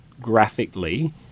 graphically